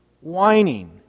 whining